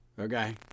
Okay